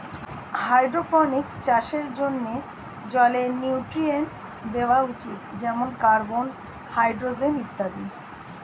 hydroponics চাষের জন্যে জলে নিউট্রিয়েন্টস দেওয়া উচিত যেমন কার্বন, হাইড্রোজেন ইত্যাদি